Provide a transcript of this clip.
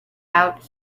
out